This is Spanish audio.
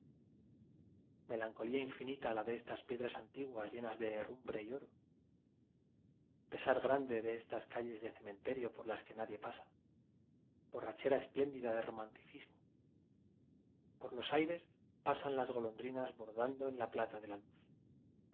melancolía infinita la de estas piedras antiguas llenas de herrumbre y oro pesar grande de estas calles de cemente rio por las que nadie pasa borrachera es pléndida de romanticismo por los aires pasan las golondrinas bor dando en la piafa de la luz